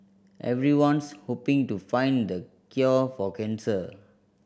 everyone's hoping to find the cure for cancer